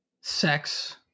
sex